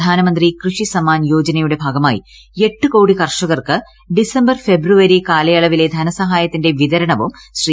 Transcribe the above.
പ്രധാനമന്ത്രി കൃഷി സമ്മാൻ യോജനയുടെ ഭാഗമായി എട്ട് കോടി കർഷകർക്ക് ഡിസംബർ ഫെബ്രുവരി കാലയളവിലെ ധനസഹായത്തിന്റെ വിതരണവും ശ്രീ